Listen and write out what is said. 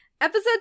Episode